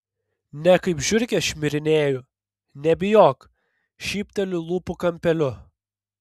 ne kaip žiurkė šmirinėju nebijok šypteli lūpų kampeliu